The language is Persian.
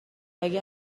ولی